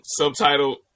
subtitled